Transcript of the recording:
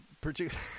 particular